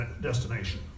destination